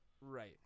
right